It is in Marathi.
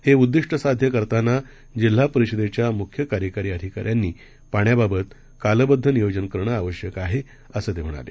हेउद्दिष्टसाध्यकरतानाजिल्हापरिषदेच्यामुख्यकार्यकारीअधिकाऱ्यांनीपाण्याबाबतकालबध्दनियोजनकरणंआवश्यकआहे असंतेम्हणाले